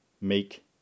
make